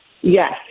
Yes